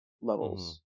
levels